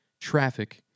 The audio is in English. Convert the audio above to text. traffic